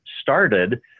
started